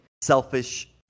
selfish